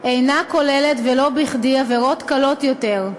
אינה כוללת, ולא בכדי, עבירות קלות יותר,